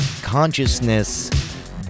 consciousness